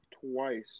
twice